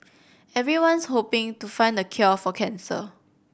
everyone's hoping to find the cure for cancer